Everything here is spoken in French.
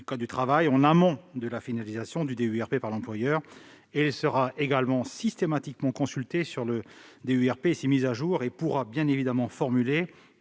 du code du travail, en amont de la finalisation du DUERP par l'employeur. Il sera également systématiquement consulté sur le document unique et ses mises à jour et pourra formuler